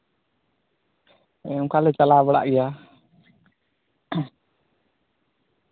ᱚᱱᱠᱟᱞᱮ ᱪᱟᱞᱟᱣ ᱵᱟᱲᱟᱜ ᱜᱮᱭᱟ ᱦᱮᱸ